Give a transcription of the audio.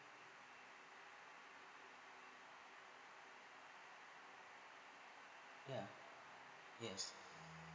ya yes